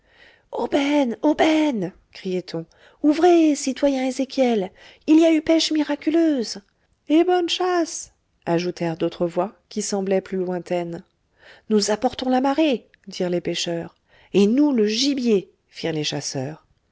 aubaine aubaine criait-on ouvrez citoyen ezéchiel il y a eu pêche miraculeuse et bonne chasse ajoutèrent d'autres voix qui semblaient plus lointaines nous apportons la marée dirent les pécheurs et nous le gibier firent les chasseurs